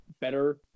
better